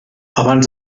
abans